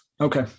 Okay